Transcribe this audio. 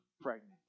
pregnant